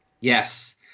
Yes